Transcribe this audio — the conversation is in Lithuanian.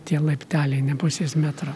tie laipteliai ne pusės metro